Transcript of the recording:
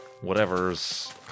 whatever's